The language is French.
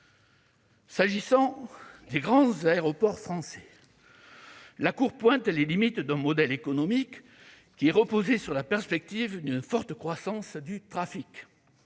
S'agissant des grands aéroports français, la Cour pointe les limites d'un modèle économique qui reposait sur la perspective d'une forte croissance du trafic.